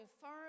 firm